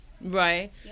right